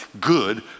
good